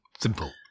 Simple